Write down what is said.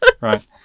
right